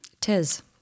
Tis